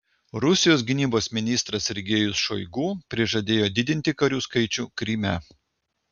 rusijos gynybos ministras sergejus šoigu prižadėjo didinti karių skaičių kryme